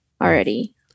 already